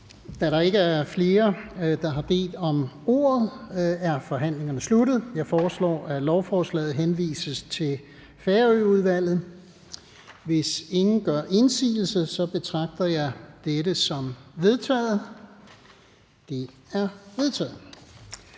Da der ikke er flere, der har bedt om ordet, er forhandlingen sluttet. Jeg foreslår, at lovforslaget henvises til Erhvervsudvalget. Hvis ingen gør indsigelse, betragter jeg dette som vedtaget. Det er vedtaget.